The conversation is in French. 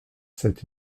sept